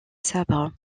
sabre